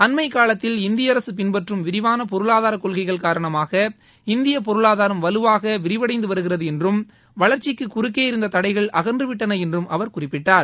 அண்மைக்காலத்தில் இந்திய அரசு பின்பற்றும் விரிவான பொருளாதார கொள்கைகள் காரணமாக இந்திய பொருளாதாரம் வலுவாக விரிவடைந்து வருகிறது என்றும் வளர்ச்சிக்கு குறுக்கே இருந்த தடைகள் அகன்று விட்டன என்றும் அவர் குறிப்பிட்டார்